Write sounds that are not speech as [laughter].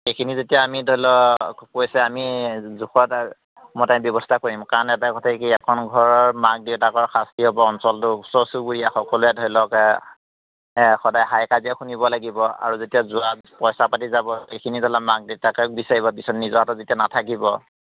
সেইখিনি যেতিয়া আমি ধৰি লওক আমি কৈছে জোখত মতে ব্যৱস্থা কৰিম কাৰণ এটা কথা কি এখন ঘৰৰ মাক দেউতাকৰ শাস্তি হ'ব অঞ্চলটো ওচৰ চুবুৰীয়াসকলোৱে ধৰি লওক সদায় হায় কাজিয়া শুনিব লাগিব আৰু যেতিয়া জুৱাত পইচা পাতি যাব সেইখিনি ধৰি লওক মাক দেউতাকক বিচাৰিব [unintelligible] যেতিয়া নাথাকিব